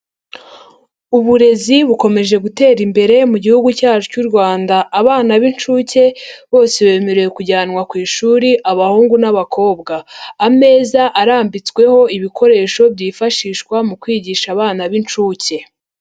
Uburezi bukomeje gutera imbere mu gihugu cyacu cy'u Rwanda. Abana b'inshuke bose bemerewe kujyanwa ku ishuri abahungu n'abakobwa. Ameza arambitsweho ibikoresho byifashishwa mu kwigisha abana b'inshuke.